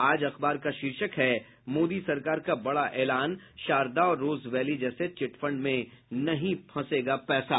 आज अखबार का शीर्षक है मोदी सरकार का बड़ा एलान शारदा और रोजवैली जैसे चिट फंड में नहीं फंसेगा पैसा